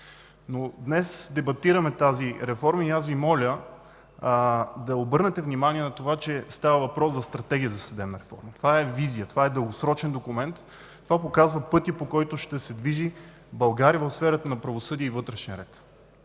Но днес дебатираме тази реформа и аз Ви моля да обърнете внимание на това, че става въпрос за стратегия за съдебна реформа. Това е визия, това е дългосрочен документ. Това показва пътя, по който ще се движи България в сферата на правосъдие и вътрешен ред.